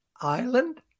Island